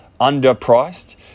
underpriced